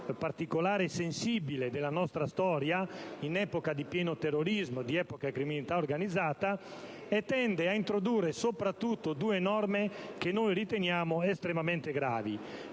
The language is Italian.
particolare e sensibile della nostra storia, in piena epoca di terrorismo e di criminalità organizzata. Esso tende ad introdurre soprattutto due norme che noi riteniamo estremamente gravi,